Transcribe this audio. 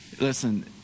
Listen